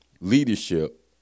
leadership